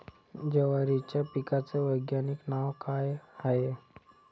जवारीच्या पिकाचं वैधानिक नाव का हाये?